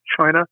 China